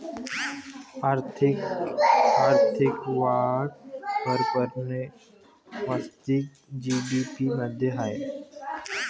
आर्थिक वाढ परंपरेने वास्तविक जी.डी.पी मध्ये आहे